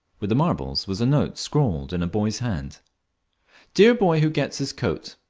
with the marbles was a note scrawled in a boy's hand dear boy who gets this coat,